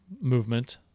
movement